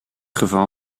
geval